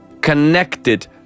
connected